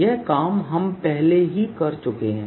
यह काम हम पहले ही कर चुके हैं